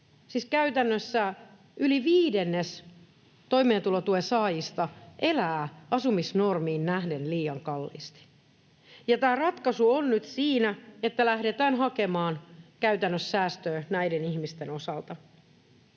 käytännössä yli viidennes toimeentulotuen saajista elää, asumisnormiin nähden liian kalliisti, ja ratkaisu on nyt siinä, että lähdetään hakemaan käytännössä säästöä näiden ihmisten osalta.